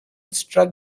struck